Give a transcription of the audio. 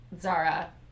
Zara